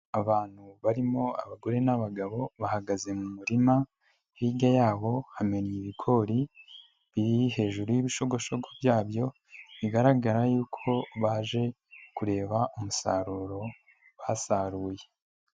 Abantu barimo abagore n'abagabo bahagaze mu murima, hirya yabo hamenye ibigori biri hejuru y'ibigoshogo byabyo, bigaragara yuko baje kureba umusaruro basaruye.